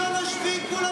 29 מתנגדים.